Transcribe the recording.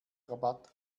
rabatt